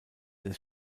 des